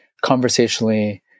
conversationally